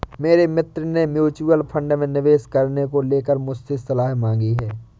मेरे मित्र ने म्यूच्यूअल फंड में निवेश करने को लेकर मुझसे सलाह मांगी है